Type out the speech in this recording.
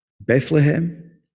Bethlehem